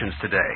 today